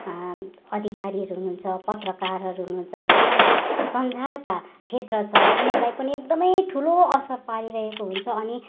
अधिकारीहरू हुनु हुन्छ पत्रकारहरू हुनु हुन्छ सामाजिक सञ्जालका क्षेत्र छ उनीहरूलाई पनि एकदमै ठुलो असर पारिरहेको हुन्छ अनि